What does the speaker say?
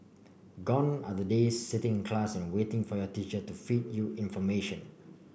gone are the days sitting in class and waiting for your teacher to feed you information